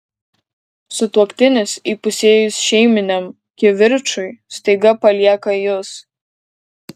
sutuoktinis įpusėjus šeiminiam kivirčui staiga palieka jus